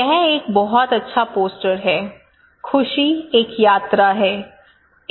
यह बहुत अच्छा पोस्टर है 'खुशी एक यात्रा है एक गंतव्य नहीं '